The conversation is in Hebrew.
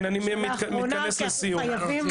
אני מתכנס לסיום.